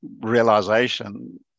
realization